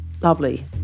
lovely